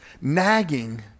Nagging